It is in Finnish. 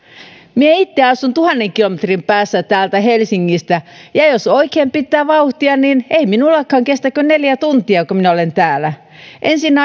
minä itse asun tuhannen kilometrin päässä täältä helsingistä jos oikein pitää vauhtia ei minullakaan kestä kuin neljä tuntia niin minä olen täällä kun ensin